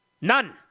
None